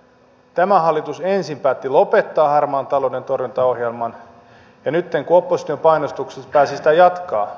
no nyt sitten tämä hallitus ensin päätti lopettaa harmaan talouden torjuntaohjelman ja nyt kun opposition painostuksesta päätti sitä jatkaa